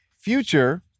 future